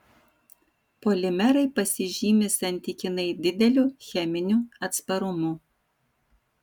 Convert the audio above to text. polimerai pasižymi santykinai dideliu cheminiu atsparumu